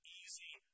easy